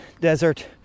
desert